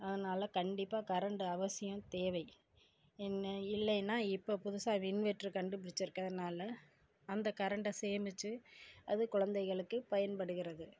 அதனால கண்டிப்பாக கரண்ட் அவசியம் தேவை என்ன இல்லைனா இப்போ புதுசாக இன்வெர்ட்ரு கண்டுபிடிச்சிருக்கிறதுனால அந்த கரண்டை சேமித்து அது குழந்தைங்களுக்கு பயன்படுகிறது